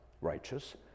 righteous